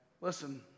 Listen